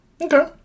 Okay